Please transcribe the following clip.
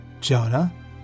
Jonah